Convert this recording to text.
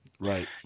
Right